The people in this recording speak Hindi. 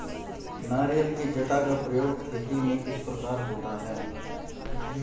नारियल की जटा का प्रयोग खेती में किस प्रकार होता है?